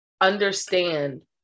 understand